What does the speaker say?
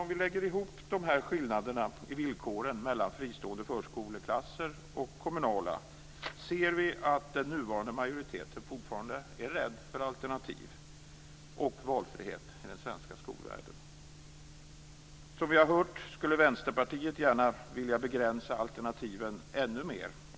Om vi lägger ihop dessa skillnader i villkor mellan fristående förskoleklasser och kommunala ser vi att den nuvarande majoriteten fortfarande är rädd för alternativ och valfrihet i den svenska skolvärlden. Som vi har hört skulle Vänsterpartiet gärna vilja begränsa alternativen ännu mer.